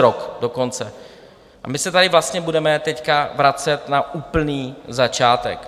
Přes rok dokonce, a my se tady vlastně budeme teď vracet na úplný začátek.